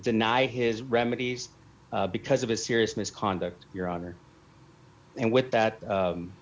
deny his remedies because of his serious misconduct your honor and with that